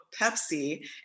Pepsi